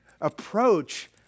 approach